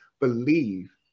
believe